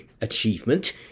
achievement